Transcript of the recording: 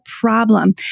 problem